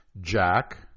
Jack